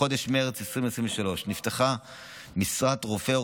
בחודש מרץ 2023 נפתחה משרה לרופא או